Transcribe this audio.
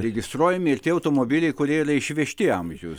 registruojami ir tie automobiliai kurie yra išvežti amžius